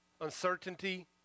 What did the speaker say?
uncertainty